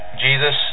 Jesus